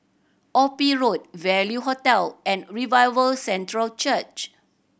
Ophir Road Value Hotel and Revival Centre Church